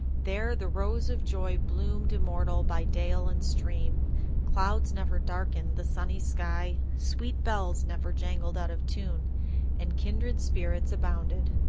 there the rose of joy bloomed immortal by dale and stream clouds never darkened the sunny sky sweet bells never jangled out of tune and kindred spirits abounded.